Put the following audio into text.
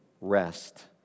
rest